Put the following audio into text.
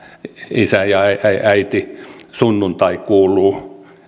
isä ja äiti sunnuntai kuuluu